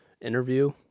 interview